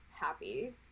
happy